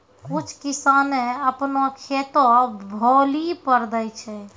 कुछ किसाने अपनो खेतो भौली पर दै छै